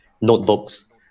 notebooks